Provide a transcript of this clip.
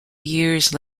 years